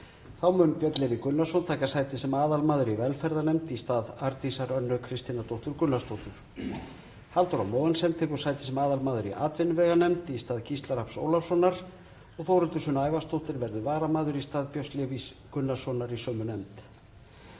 Þá mun Björn Leví Gunnarsson taka sæti sem aðalmaður í velferðarnefnd í stað Arndísar Önnu Kristínardóttur Gunnarsdóttur. Halldóra Mogensen tekur sæti sem aðalmaður í atvinnuveganefnd í stað Gísla Rafns Ólafssonar og Þórhildur Sunna Ævarsdóttir verður varamaður í stað Björns Levís Gunnarssonar í sömu nefnd.